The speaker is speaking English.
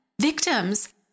Victims